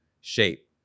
shape